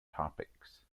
topics